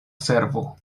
servo